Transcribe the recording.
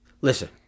Listen